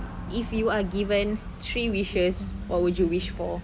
if you are given three wishes what would you wish for